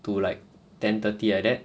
to like ten thirty like that